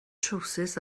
trywsus